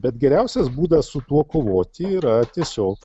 bet geriausias būdas su tuo kovoti yra tiesiog